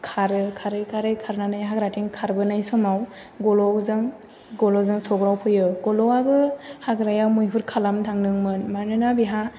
खारो खारै खारै खारनानै हाग्राथिं खारबोनाय समाव गल'जों सौग्रावफैयो गल'आबो हाग्रायाव मैहुर खालामनो थांदोंमोन मानोना बेहा